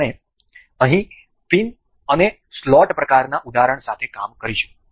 આપણે અહીં પિન અને સ્લોટ પ્રકારના ઉદાહરણ સાથે કામ કરીશું